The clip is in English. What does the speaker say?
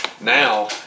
Now